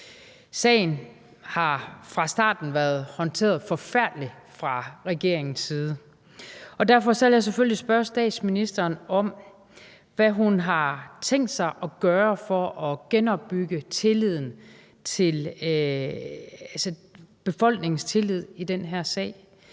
Sagen har fra starten været håndteret forfærdeligt fra regeringens side. Og derfor vil jeg selvfølgelig spørge statsministeren, hvad hun har tænkt sig at gøre for at genopbygge befolkningens tillid i den her sag.